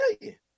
million